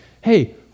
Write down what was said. hey